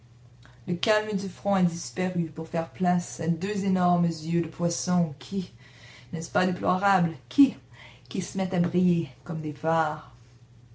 le calme du front a disparu pour faire place à deux énormes yeux de poissons qui n'est-ce pas déplorable qui qui se mettent à briller comme des phares